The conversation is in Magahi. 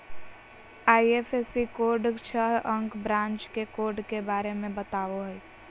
आई.एफ.एस.सी कोड छह अंक ब्रांच के कोड के बारे में बतावो हइ